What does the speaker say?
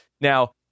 Now